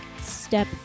step